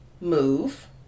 move